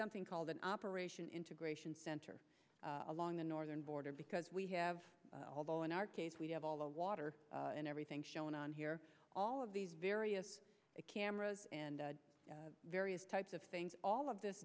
something called an operation integration center along the northern border because we have although in our case we have all the water and everything shown on here all of these various cameras and various types of things all of this